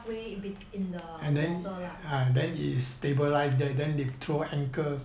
so halfway in between in the water lah